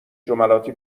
جملاتی